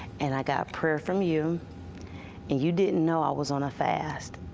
and i got prayer from you, and you didn't know i was on a fast.